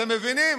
אתם מבינים?